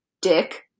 dick